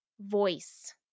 voice